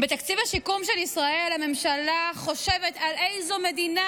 בתקציב השיקום של ישראל הממשלה חושבת על איזו מדינה